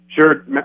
Sure